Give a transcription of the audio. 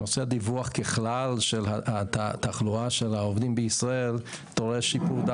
נושא דיווח ככלל של התחלואה של העובדים בישראל טעון שיפור,